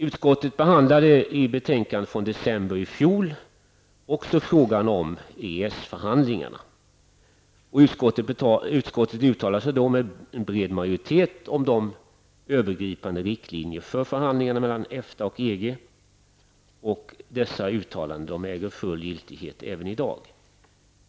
Utskottet behandlade i betänkandet i december i fjol frågan om EES-förhandlingarna. Utskottet uttalade sig då med bred majoritet om övergripande riktlinjer för förhandlingarna mellan EFTA och EG. Dessa uttalanden äger full giltighet även i dag.